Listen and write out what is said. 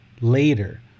later